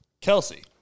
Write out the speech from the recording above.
Kelsey